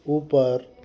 ऊपर